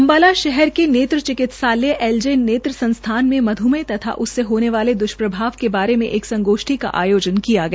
अम्बाला शहर के नेत्र चिकित्सालय एल जे नेत्र संस्थान में मध्मेह तथा उससे होने वाले द्वष्प्रभाव के बारे में एक संगोष्ठी का आयोजन किया गया